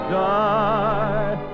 die